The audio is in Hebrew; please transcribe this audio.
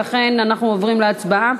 ולכן אנחנו עוברים להצבעה.